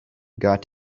got